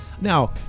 Now